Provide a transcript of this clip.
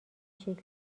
شکلی